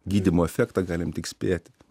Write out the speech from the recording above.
gydymo efektą galim tik spėt